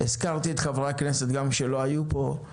הזכרתי את חברי הכנסת שלא היו פה גם,